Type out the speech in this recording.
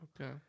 Okay